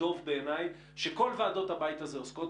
טוב בעיניי שכל ועדות הבית הזה עוסקות